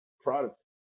product